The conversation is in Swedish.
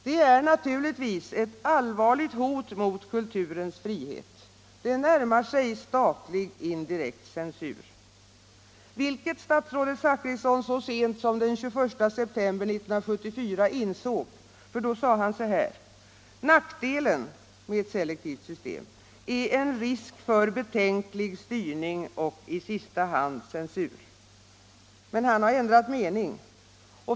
Det är givetvis ett allvarligt hot mot kulturens frihet — det närmar sig statlig indirekt censur, vilket statsrådet Zachrisson så sent som den 21 september 1974 insåg. Då sade han: ”Nackdelen” - med ett selektivt system — ”är en risk för betänklig styrning och i sista hand censur.” Men han har ändrat mening.